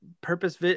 purpose